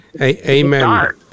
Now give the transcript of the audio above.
Amen